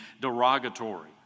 derogatory